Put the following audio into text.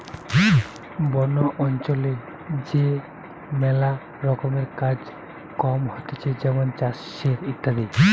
বন অঞ্চলে যে ম্যালা রকমের কাজ কম হতিছে যেমন চাষের ইত্যাদি